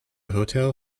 hotel